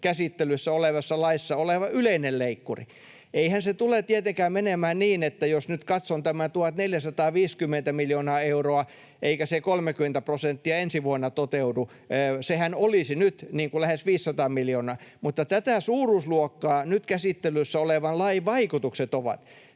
käsittelyssä olevassa laissa oleva yleinen leikkuri. Eihän se tule tietenkään menemään niin, että jos nyt katson tämän 1 450 miljoonaa euroa eikä se 30 prosenttia ensi vuonna toteudu — sehän olisi nyt lähes 500 miljoonaa — mutta tätä suuruusluokkaa nyt käsittelyssä olevan lain vaikutukset ovat.